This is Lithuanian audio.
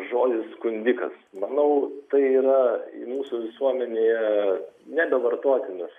žodis skundikas manau tai yra mūsų visuomenėje nebevartotinas